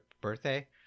birthday